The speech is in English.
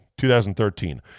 2013